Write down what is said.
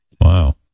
Wow